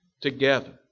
together